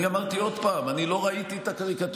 אני אומר עוד פעם, אני לא ראיתי את הקריקטורה.